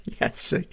Yes